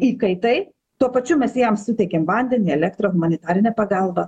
įkaitai tuo pačiu mes jiems suteikiam vandenį elektrą humanitarinę pagalbą